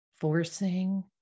forcing